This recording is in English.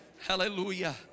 Hallelujah